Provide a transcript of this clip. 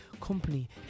company